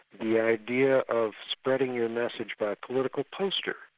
the idea of spreading your message by political poster,